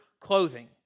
clothing